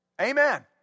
Amen